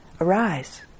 arise